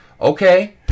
Okay